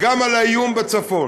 גם על האיום בצפון.